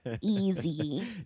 Easy